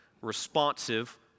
responsive